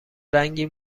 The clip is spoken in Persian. رنگی